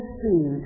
see